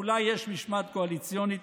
אולי יש משמעת קואליציונית,